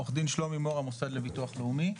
עו"ד שלומי מור, המוסד לביטוח לאומי.